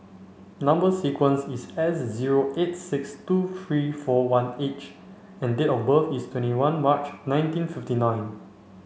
number sequence is S zero eight six two three four one H and date of birth is twenty one March nineteen fifty nine